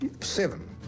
Seven